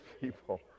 people